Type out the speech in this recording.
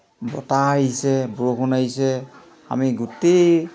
বতাহ আহিছে বৰষুণ আহিছে আমি গোটেই